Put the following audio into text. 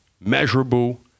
measurable